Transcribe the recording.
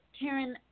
Karen